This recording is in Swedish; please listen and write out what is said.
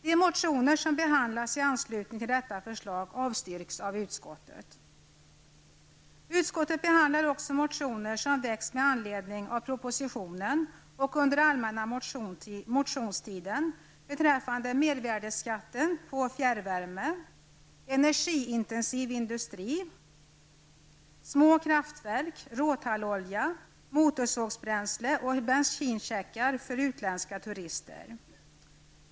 De motioner som behandlas i anslutning till detta förslag avstyrks av utskottet. Utskottet behandlar också motioner som väckts med anledning av propositionen och under allmänna motionstiden beträffande mervärdeskatten på fjärrvärme, energiintensiv industri, små kraftverk, råtallolja, motorsågsbränsle och bensincheckar för utländska turister.